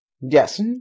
Yes